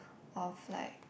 of like